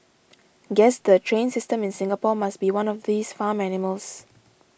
guess the train system in Singapore must be one of these farm animals